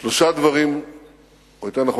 שני דברים חשובים